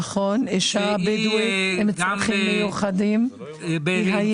נכון, אישה בדואית עם צרכים מיוחדים, היא היחידה.